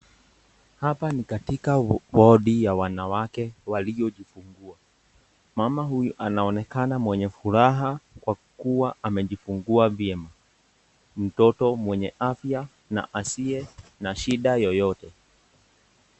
Hapa ni katika wodi ya wanawake waliojifungua mama huyu anaonekana mwenye furaha kwa kua amejifungua vyema mtoto mwenye afya na asie na shida yoyote.